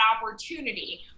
opportunity